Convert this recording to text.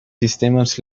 sistemes